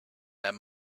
that